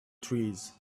trees